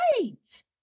right